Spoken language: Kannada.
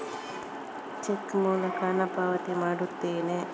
ಚೆಕ್ ಮೂಲಕ ಹಣ ಪಾವತಿ ಮಾಡುತ್ತೇನೆ